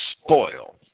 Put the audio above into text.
spoil